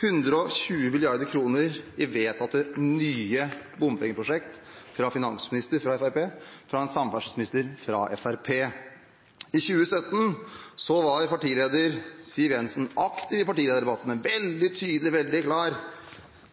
120 mrd. kr i vedtatte nye bompengeprosjekter – fra en finansminister fra Fremskrittspartiet, fra en samferdselsminister fra Fremskrittspartiet. I 2017 var partileder Siv Jensen aktiv i partilederdebattene, veldig tydelig, veldig klar: